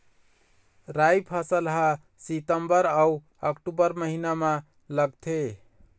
राई फसल हा सितंबर अऊ अक्टूबर महीना मा लगथे